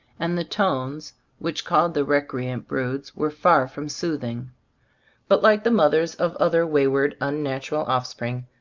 and the tones which called the recreant broods were far from soothing but like the mothers of other wayward, unnatural offspring,